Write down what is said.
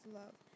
love